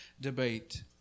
debate